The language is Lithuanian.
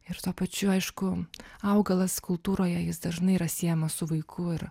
ir tuo pačiu aišku augalas kultūroje jis dažnai yra siejamas su vaiku ir